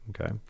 okay